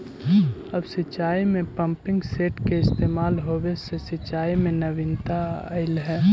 अब सिंचाई में पम्पिंग सेट के इस्तेमाल होवे से सिंचाई में नवीनता अलइ हे